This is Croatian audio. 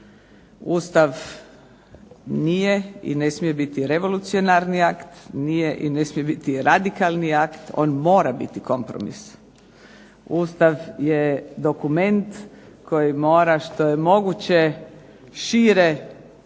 Ustav nije i ne smije biti revolucionarni akt, ne smije i nije radikalni akt, on mora biti kompromis. Ustav je dokument koji mora što je moguće šire